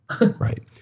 Right